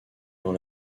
dans